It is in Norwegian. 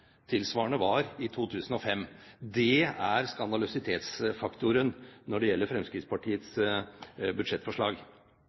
tilsvarende var i 2005. Det er skandalefaktoren når det gjelder Fremskrittspartiets